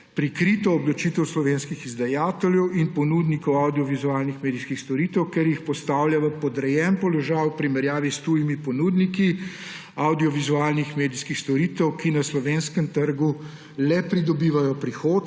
prikrito obdavčitev slovenskih izdajateljev in ponudnikov avdiovizualnih medijskih storitev, ker jih postavlja v podrejen položaj v primerjavi s tujimi ponudniki avdiovizualnih medijskih storitev, ki na slovenskem trgu le pridobivajo prihodke,